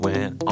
Went